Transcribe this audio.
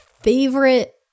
favorite